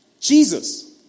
Jesus